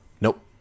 Nope